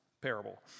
parable